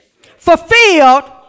fulfilled